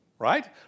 right